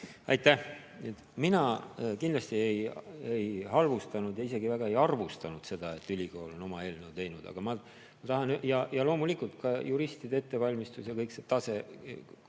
Aitäh! Mina kindlasti ei halvustanud ja isegi väga ei arvustanud seda, et ülikool on oma eelnõu teinud. Loomulikult, juristide ettevalmistus ja kõik vajalik tase,